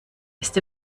ist